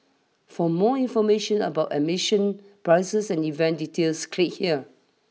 for more information about admission prices and event details click here